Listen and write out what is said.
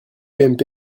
ump